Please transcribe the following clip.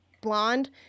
blonde